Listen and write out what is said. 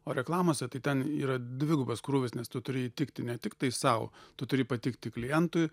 o reklamose tai ten yra dvigubas krūvis nes tu turi įtikti ne tiktai sau tu turi patikti klientui